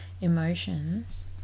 emotions